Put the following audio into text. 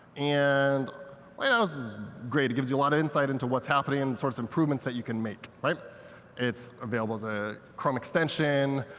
and lighthouse is great. it gives you a lot of insight into what's happening and sort of improvements that you can make. it's available as a chrome extension,